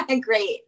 Great